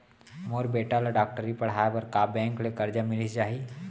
मोर बेटा ल डॉक्टरी पढ़ाये बर का बैंक ले करजा मिलिस जाही?